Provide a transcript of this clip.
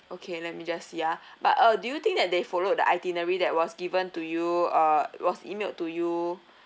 okay let me just see ah but uh do you think that they followed the itinerary that was given to you uh was emailed to you